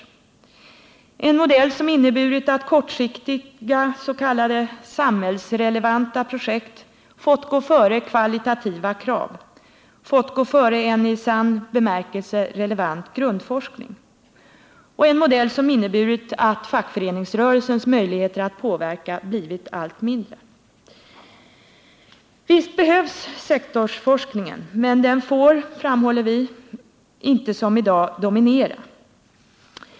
En modell som inneburit att kortsiktiga s.k. samhällsrelevanta projekt fått gå före kvalitativa krav — fått gå före en i sann bemärkelse relevant grundforskning. En modell som inneburit att fackföreningsrörelsens möjligheter att påverka blivit allt mindre. Visst behövs sektorsforskningen, men den får inte, framhåller vi, dominera som i dag.